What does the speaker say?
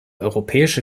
europäische